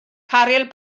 caryl